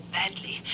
badly